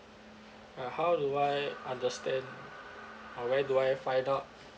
uh how do I understand or where do I find out